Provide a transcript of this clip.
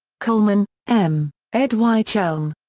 coleman, m, ed. wych elm.